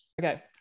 Okay